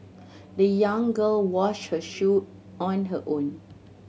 the young girl washed her shoe on her own